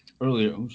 earlier